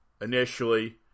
initially